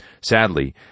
Sadly